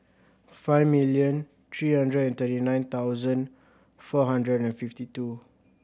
five million three hundred and thirty nine thousand four hundred and fifty two